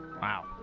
wow